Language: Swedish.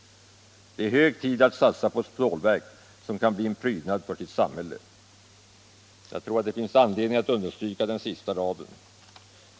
Det är hög tid att satsa på ett stålverk som kan bli en prydnad för sitt samhälle.” Jag tror det finns anledning att understryka dessa sista rader.